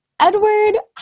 Edward